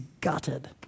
gutted